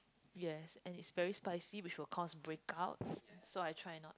yes and is very spicy which will cause break outs so I try not